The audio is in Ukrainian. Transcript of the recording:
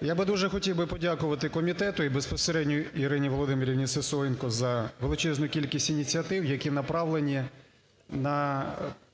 Я би дуже хотів би подякувати комітету і безпосередньо Ірині Володимирівні Сисоєнко за величезну кількість ініціатив, які направлені на